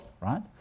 right